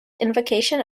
invocation